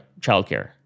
childcare